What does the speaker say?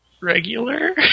regular